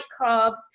carbs